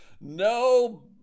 No